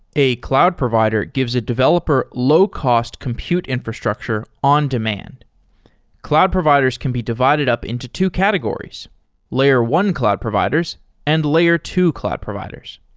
a cloud provider gives a developer low-cost compute infrastructure on-demand. cloud providers can be divided up into two categories layer one cloud providers and layer two cloud providers.